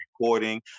recording